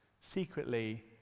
secretly